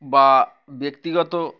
বা ব্যক্তিগত